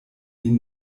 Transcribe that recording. min